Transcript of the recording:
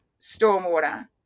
stormwater